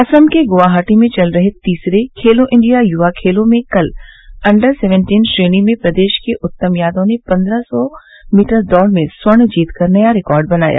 असम के ग्वाहाटी में चल रहे तीसरे खेलो इंडिया युवा खेलो में कल अंडर सेवेन्टीन श्रेणी में प्रदेश के उत्तम यादव ने पंद्रह सौ मीटर दौड़ में स्वर्ण जीतकर नया रिकॉर्ड बनाया